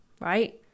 right